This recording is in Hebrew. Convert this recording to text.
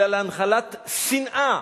אלא להנחלת שנאה,